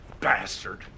Bastard